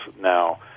now